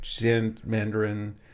mandarin